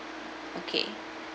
okay